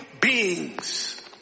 beings